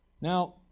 Now